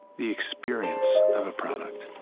the experience of a product.